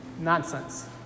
Nonsense